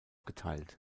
geteilt